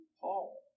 Paul